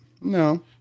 no